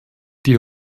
die